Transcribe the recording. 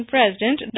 President